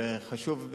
וחשוב,